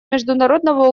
международного